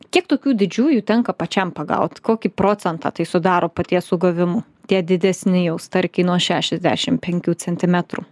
kiek tokių didžiųjų tenka pačiam pagaut kokį procentą tai sudaro paties sugavimų tie didesni jau starkiai nuo šešiasdešimt penkių centimetrų